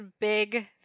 big